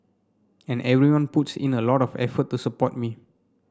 and everyone puts in a lot of effort to support me